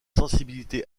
sensibilité